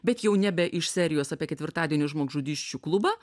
bet jau nebe iš serijos apie ketvirtadienio žmogžudysčių klubą